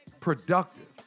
productive